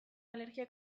alergia